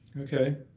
Okay